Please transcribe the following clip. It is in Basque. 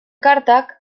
kartak